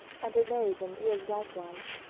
and her nose and ears likewise.